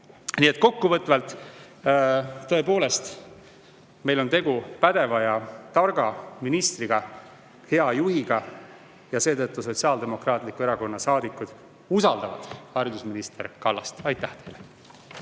et kokkuvõtvalt, tõepoolest, meil on tegu pädeva ja targa ministriga, hea juhiga. Seetõttu Sotsiaaldemokraatliku Erakonna saadikud usaldavad haridusminister Kallast. Aitäh teile!